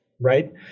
right